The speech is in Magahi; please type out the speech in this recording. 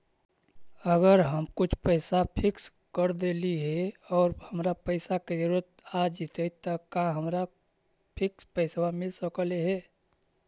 अगर हम कुछ पैसा फिक्स कर देली हे और हमरा पैसा के जरुरत आ जितै त का हमरा फिक्स पैसबा मिल सकले हे?